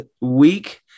week